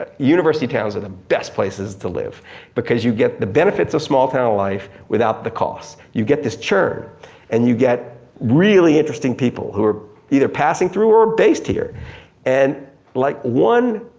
ah university towns are the best places to live because you get the benefits of small town life without the cost. you get this churn and you get really interesting people who are either passing through or based here and like one,